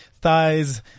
thighs